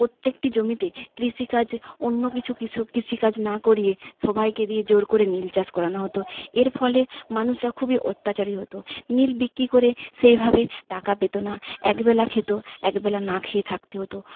প্রত্যেকটি জমিতে কৃষিকাজ অন্য কিছু কৃষক কৃষি কাজ না করিয়ে সবাইকে দিয়ে জোর করে নীল চাষ করানো হতো এর ফলে মানুষরা খুবই অত্যাচারী হতো নীল বিক্রি করে সেইভাবে টাকা পেত না এক বেলা খেত এক বেলা না খেয়ে থাকতে হতো